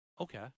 Okay